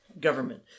government